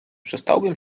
przestałabym